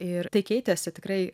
ir tai keitėsi tikrai